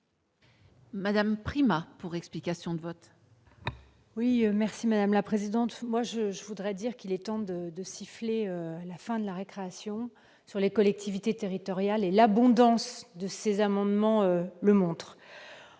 Madame Prima pour explication de vote. Oui merci madame la présidente, moi je, je voudrais dire qu'il est temps de de siffler la fin de la récréation sur les collectivités territoriales et l'abondance de ses amendements le montre